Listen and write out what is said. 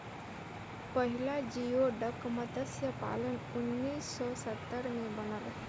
पहिला जियोडक मतस्य पालन उन्नीस सौ सत्तर में बनल